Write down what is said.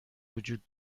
وجود